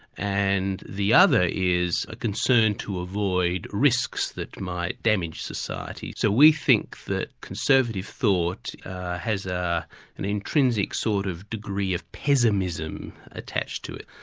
and the other is a concern to avoid risks that might damage society. so we think that conservative thought has ah an intrinsic sort of degree of pessimism attached to it.